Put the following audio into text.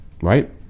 right